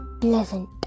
pleasant